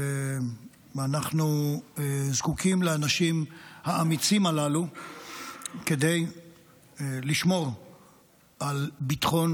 אנחנו זקוקים לאנשים האמיצים הללו כדי לשמור על ביטחון